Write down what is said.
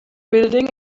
building